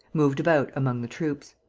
moved about among the troops.